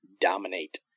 dominate